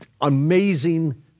amazing